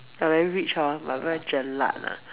uh very rich hor but very jelak lah